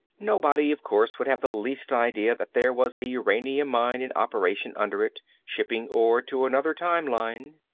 nobody, of course, would have the least idea that there was a uranium mine in operation under it, shipping ore to another time-line.